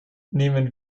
nehmen